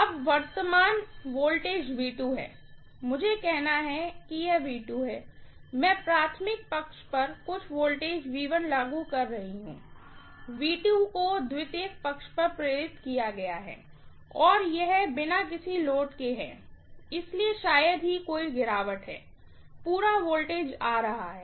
अब वर्तमान वोल्टेज है मुझे कहना है कि यह है मैं प्राइमरी साइड पर कुछ वोल्टेज लागू कर रहा हूं को सेकेंडरी पक्ष पर प्रेरित किया गया है और यह बिना किसी लोड के है इसलिए शायद ही कोई गिरावट है पूरा वोल्टेज आ रहा है